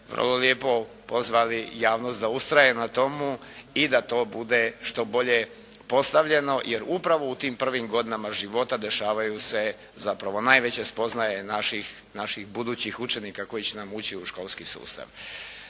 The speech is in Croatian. vrlo lijepo pozvali javnost da ustraje ne tomu i da to bude što bolje postavljeno, jer upravo u tim prvim godinama života dešavaju se zapravo najveće spoznaje naših budućih učenika koji će nam ući u školski sustav.